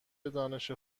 دانش